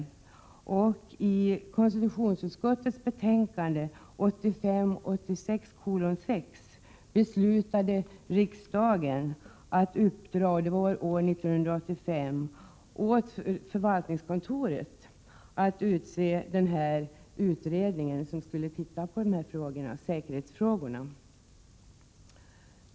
Med anledning av konstitutionsutskottets betänkande 1985/86:6 beslutade riksdagen år 1985 att uppdra åt förvaltningskontoret att utse en utredning som skulle se på dessa säkerhetsfrågor.